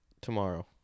tomorrow